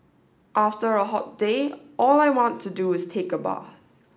after a hot day all I want to do is take a bath